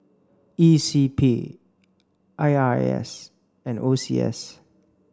E C P I R A S and O C S